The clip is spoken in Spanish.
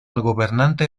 gobernante